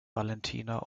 valentina